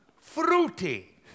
fruity